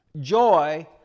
joy